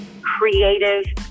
creative